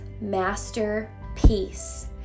masterpiece